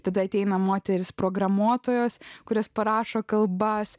tada ateina moterys programuotojos kurias parašo kalbantis